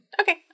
Okay